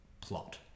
plot